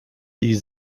die